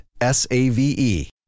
S-A-V-E